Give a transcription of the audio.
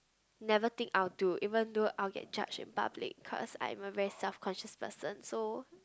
never think I will do even though I'll get judged in public cause I am a very self conscious person so